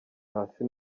hasi